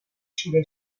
چیره